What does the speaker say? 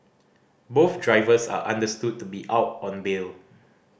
both drivers are understood to be out on bail